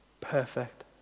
perfect